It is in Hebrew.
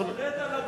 תפרט על הבנייה,